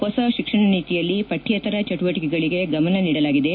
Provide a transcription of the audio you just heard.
ಹೊಸ ಶಿಕ್ಷಣ ನೀತಿಯಲ್ಲಿ ಪಠ್ಯೇತರ ಚಟುವಟಿಕೆಗಳಿಗೆ ಗಮನ ನೀಡಲಾಗಿದೆ